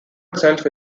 itself